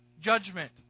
judgment